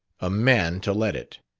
a man to let it.